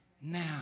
now